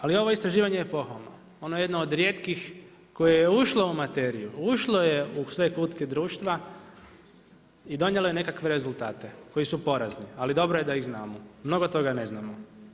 Ali ovo istraživanje je pohvalno, ono je jedno od rijetkih koje je ušlo u materiju, ušlo je u sve kutke društva i donijelo je nekakve rezultate koji su porazni ali dobro je da ih znamo, mnogo toga ne znamo.